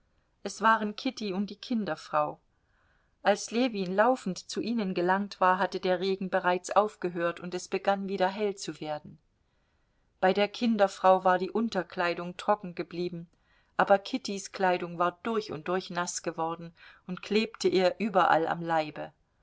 es waren kitty und die kinderfrau als ljewin laufend zu ihnen gelangt war hatte der regen bereits aufgehört und es begann wieder hell zu werden bei der kinderfrau war die unterkleidung trocken geblieben aber kittys kleidung war durch und durch naß geworden und klebte ihr überall am leibe